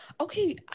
Okay